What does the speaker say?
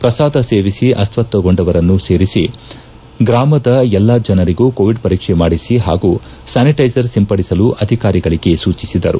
ಪ್ರಸಾದ ಸೇವಿಸಿ ಅಸ್ವಸ್ಥಗೊಂಡವರನ್ನು ಸೇರಿಸಿ ಗ್ರಾಮದ ಎಲ್ಲಾ ಜನರಿಗೂ ಕೋವಿಡ್ ಪರೀಕ್ಷೆ ಮಾಡಿಸಿ ಹಾಗೂ ಸ್ಲಾನಿಟ್ಟೆಜರ್ ಸಿಂಪಡಿಸಲು ಅಧಿಕಾರಿಗಳಿಗೆ ಸೂಚಿಸಿದರು